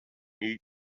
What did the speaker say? eat